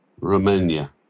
Romania